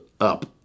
up